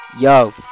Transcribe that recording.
Yo